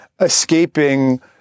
escaping